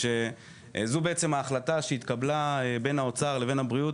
שזו בעצם ההחלטה שהתקבלה בין האוצר לבין הבריאות